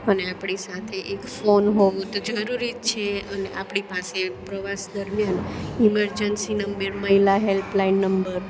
અને આપણી સાથે એક ફોન હોવો તો જરૂરી જ છે અને આપણી પાસે પ્રવાસ દરમિયાન ઇમરજન્સી નંબર મહિલા હેલ્પલાઈન નંબર